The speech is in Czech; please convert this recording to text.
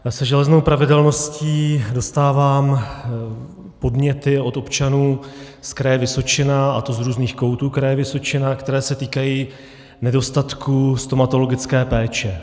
Já se železnou pravidelností dostávám podněty od občanů z Kraje Vysočina, a to z různých koutů Kraje Vysočina, které se týkají nedostatku stomatologické péče.